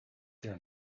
clear